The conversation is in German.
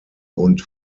und